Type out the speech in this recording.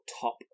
top